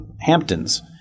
Hamptons